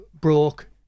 broke